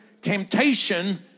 temptation